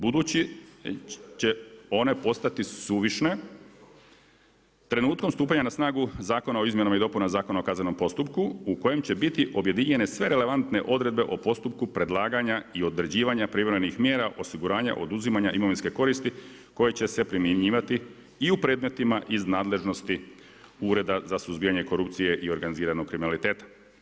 Budući će one postati suvišne trenutkom stupanja na snagu Zakona o izmjenama i dopunama Zakona o kaznenom postupku u kojem će biti objedinjene sve relevantne odredbe o postupku predlaganja i određivanja privremenih mjera osiguranja oduzimanja imovinske koristi koje će se primjenjivati i u predmetima iz nadležnosti Ureda za suzbijanje korupcije i organiziranog kriminaliteta.